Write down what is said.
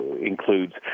includes